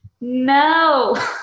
no